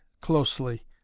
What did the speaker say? closely